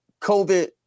COVID